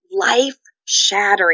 life-shattering